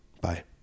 Bye